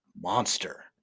monster